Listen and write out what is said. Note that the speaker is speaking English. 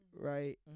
Right